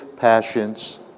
passions